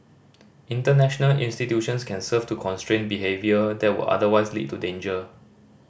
international institutions can serve to constrain behaviour that would otherwise lead to danger